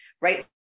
right